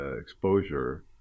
exposure